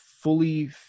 fully